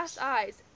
eyes